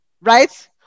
right